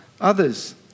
others